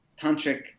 tantric